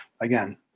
again